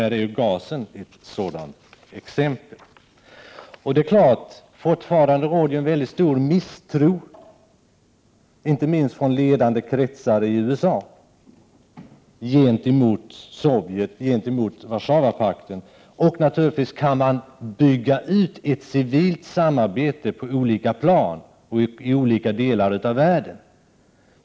Här kommer ju gasen in. Fortfarande råder stor misstro inte minst inom ledande kretsar i USA gentemot Sovjetunionen och hela Warszawapakten. Naturligtvis kan man bygga upp ett civilt samarbete på olika plan och i olika delar av världen.